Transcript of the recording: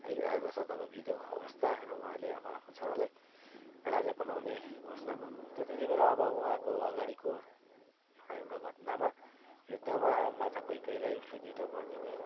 है राजा दशरथ अब वृद्ध अवस्था र उहाँले अब आफ्नो छोरालाई राजा बनाउने घोषणा गर्नुहुन्छ र त्यतिबेला अब उहाँको अगाडिको एउटा एउटा घटनामा युद्धमा माता कैकेयीलाई उसले दुइटा वर दिने